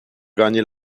gagner